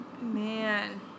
Man